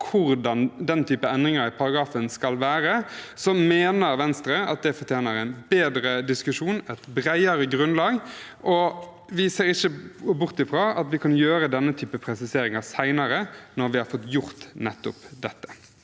hvordan den type endringer i paragrafen skal være, mener Venstre at det fortjener en bedre diskusjon, et bredere grunnlag, og vi ser ikke bort fra at vi kan gjøre denne typen presiseringer senere, når vi har fått gjort nettopp dette.